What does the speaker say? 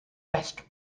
best